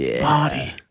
body